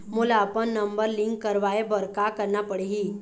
मोला अपन number link करवाये बर का करना पड़ही?